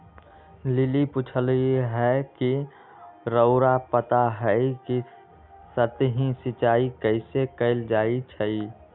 lily पुछलई ह कि रउरा पता हई कि सतही सिंचाई कइसे कैल जाई छई